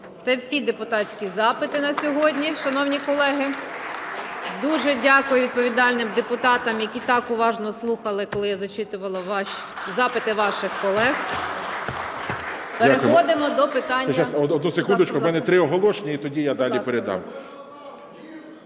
Це всі депутатські запити на сьогодні, шановні колеги. Дуже дякую відповідальним депутатам, які так уважно слухали, коли я зачитувала запити ваших колег. Переходимо до питання...